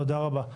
תודה רבה.